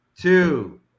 two